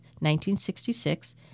1966